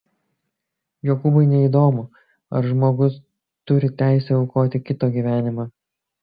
jokūbui neįdomu ar žmogus turi teisę aukoti kito gyvenimą